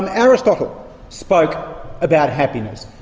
and aristotle spoke about happiness,